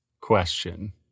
question